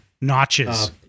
Notches